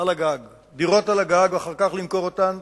על הגג ואחר כך למכור אותן,